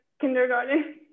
kindergarten